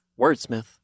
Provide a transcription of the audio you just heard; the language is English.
wordsmith